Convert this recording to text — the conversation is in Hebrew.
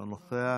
אינו נוכח,